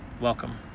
Welcome